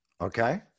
Okay